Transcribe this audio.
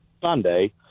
Sunday